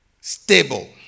stable